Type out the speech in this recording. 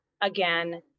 Again